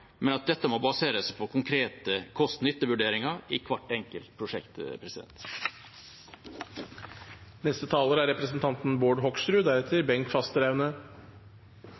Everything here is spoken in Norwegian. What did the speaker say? men at dette må baseres på konkrete kost–nytte-vurderinger i hvert enkelt prosjekt. Representanten Nævra tar opp en problemstilling. Jeg skjønner at han er